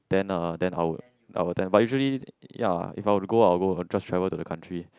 then uh then I would I would attend but usually ya if I were to go I go just travel to the country